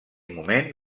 moment